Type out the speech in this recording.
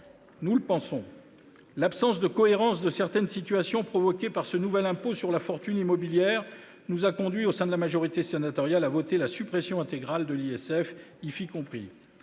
Nous le pensons ! L'absence de cohérence de certaines situations provoquées par ce nouvel impôt sur la fortune immobilière nous a ainsi conduits, au sein de la majorité sénatoriale, à voter la suppression intégrale de l'ISF, IFI compris.